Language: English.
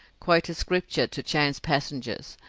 quoted scripture to chance passengers,